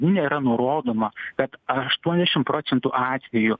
nėra nurodoma kad aštuoniašim procentų atvejų